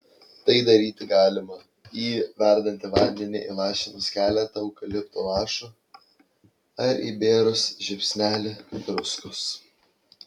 tai daryti galima į verdantį vandenį įlašinus keletą eukalipto lašų ar įbėrus žiupsnelį druskos